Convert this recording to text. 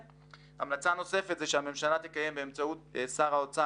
המלצה נוספת: מומלץ כי הממשלה תקיים באמצעות שר האוצר,